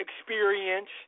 experience